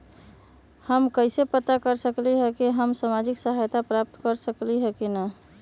हम कैसे पता कर सकली ह की हम सामाजिक सहायता प्राप्त कर सकली ह की न?